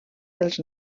dels